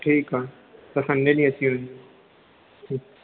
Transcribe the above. ठीकु आहे त संडे ॾींहुं अची वञो